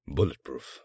Bulletproof